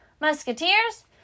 Musketeers